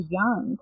young